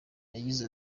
yagize